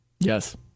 Yes